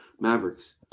Mavericks